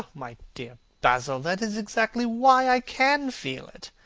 my dear basil, that is exactly why i can feel it.